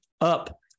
up